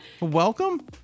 welcome